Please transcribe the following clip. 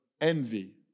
envy